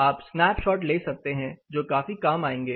आप स्नैपशॉट ले सकते हैं जो काफी काम आएंगे